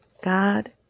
God